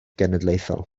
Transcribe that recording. genedlaethol